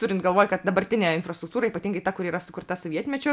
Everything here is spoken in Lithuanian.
turint galvoj kad dabartinė infrastruktūra ypatingai ta kuri yra sukurta sovietmečiu